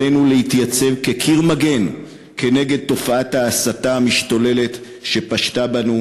עלינו להתייצב כקיר מגן כנגד תופעת ההסתה המשתוללת שפשתה בנו